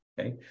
okay